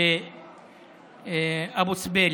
באבו סבילה.